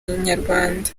inyarwanda